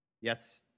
Yes